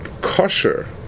kosher